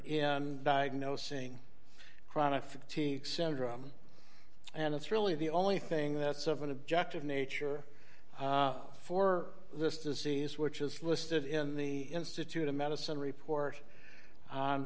in diagnosing chronic fatigue syndrome and it's really the only thing that's of an objective nature for this disease which is listed in the institute of medicine report